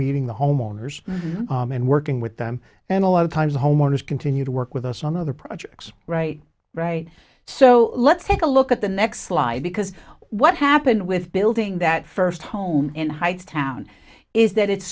meeting the homeowners and working with them and a lot of times homeowners continue to work with us on other projects right right so let's take a look at the next slide because what happened with building that first home in hightstown is that it